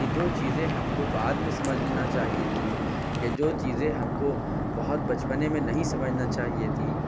کہ جو چیزیں ہم کو بعد میں سمجھنا چاہیے تھیں یا جو چیزیں ہم کو بہت بچپنے میں نہیں سمجھنا چاہیے تھیں